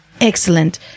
Excellent